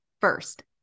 first